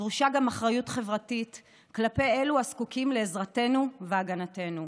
דרושה גם אחריות חברתית כלפי אלו הזקוקים לעזרתנו והגנתנו.